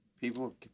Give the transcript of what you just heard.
People